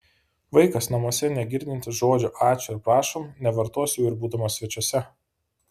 vaikas namuose negirdintis žodžių ačiū ir prašom nevartos jų ir būdamas svečiuose